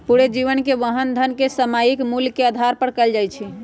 पूरे जीवन के वहन धन के सामयिक मूल्य के आधार पर कइल जा हई